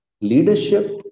leadership